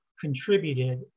contributed